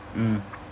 mm